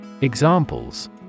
Examples